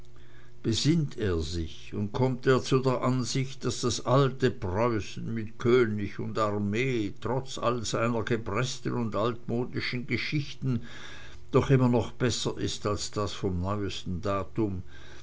besinnt er sich und kommt er zu der ansicht daß das alte preußen mit könig und armee trotz all seiner gebresten und altmodischen geschichten doch immer noch besser ist als das vom neuesten datum